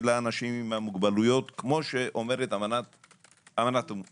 האנשים עם המוגבלויות כפי שאומרת אמנת האו"ם.